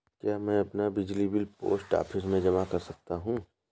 क्या मैं अपना बिजली बिल पोस्ट ऑफिस में जमा कर सकता हूँ?